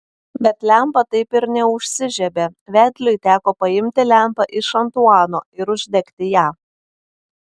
bet lempa taip ir neužsižiebė vedliui teko paimti lempą iš antuano ir uždegti ją